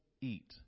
eat